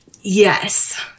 Yes